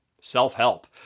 self-help